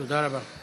תודה רבה.